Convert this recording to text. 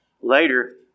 Later